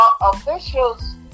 officials